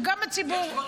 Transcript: שגם הציבור,